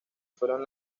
fueron